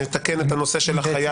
נתקן את הנושא של החייב.